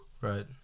right